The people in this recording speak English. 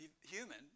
human